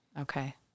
Okay